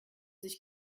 sich